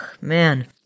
man